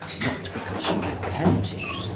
not because she repented,